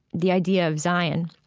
the idea of zion,